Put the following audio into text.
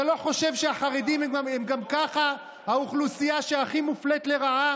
אתה לא חושב שהחרדים הם גם ככה האוכלוסייה הכי מופלית לרעה